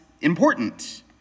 important